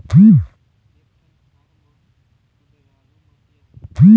एक ठन खार म कुधरालू माटी आहे?